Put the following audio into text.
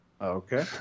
Okay